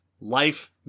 life